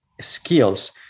skills